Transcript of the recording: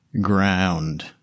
ground